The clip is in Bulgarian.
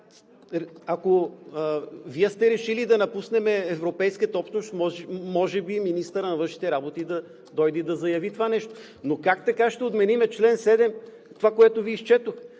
Ако Вие сте решили да напуснем Европейската общност, може би министърът на външните работи да дойде и да заяви това нещо, но как така ще отменим чл. 7 и това, което Ви изчетох.